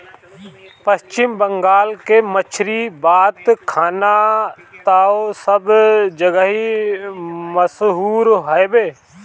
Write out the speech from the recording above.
पश्चिम बंगाल के मछरी बात खाना तअ सब जगही मसहूर हवे